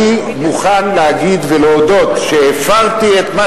אני מוכן להגיד ולהודות שהפרתי את מה